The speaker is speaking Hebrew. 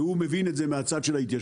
הוא מבין את זה מהצד של ההתיישבות